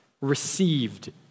Received